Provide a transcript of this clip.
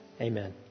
Amen